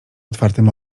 otwartym